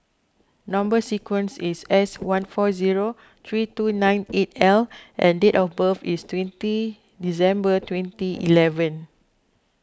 Number Sequence is S one four zero three two nine eight L and date of birth is twenty December twenty eleven